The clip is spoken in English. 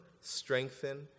strengthen